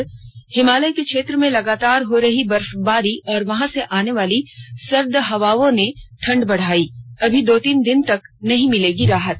और हिमालय के क्षेत्र में लगातार हो रही बर्फबारी और वहां से आने वाली सर्द हवाओं ने ठंड बढ़ायी अभी दो तीन दिनों तक नहीं मिलेगी राहत